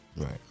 Right